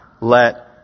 let